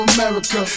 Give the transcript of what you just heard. America